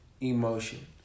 emotion